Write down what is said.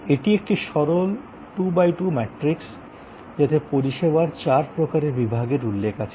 এটি একটি সরল 2 x 2 ম্যাট্রিক্স যাতে পরিষেবার চার প্রকারের বিভাগের উল্লেখ আছে